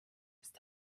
ist